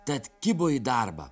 tad kibo į darbą